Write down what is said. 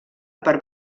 per